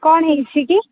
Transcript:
କ'ଣ ହେଇଛି କି